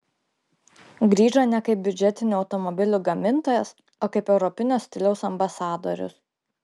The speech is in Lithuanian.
grįžo ne kaip biudžetinių automobilių gamintojas o kaip europinio stiliaus ambasadorius